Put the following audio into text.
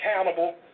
accountable